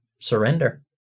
surrender